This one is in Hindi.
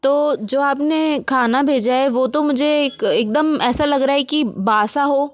तो जो आपने खाना भेजा है वो तो मुझे एकदम ऐसा लग रहा है कि बासा हो